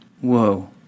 Whoa